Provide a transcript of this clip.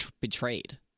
betrayed